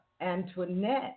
Antoinette